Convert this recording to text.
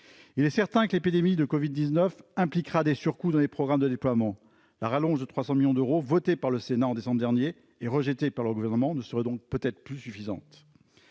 Il est certain que l'épidémie du Covid-19 impliquera des surcoûts pour les programmes de déploiement. La rallonge de 322 millions d'euros votée par le Sénat en décembre dernier et rejetée par le Gouvernement ne serait donc peut-être plus suffisante